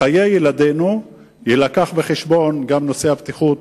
חיי ילדינו, יילקח בחשבון גם נושא הבטיחות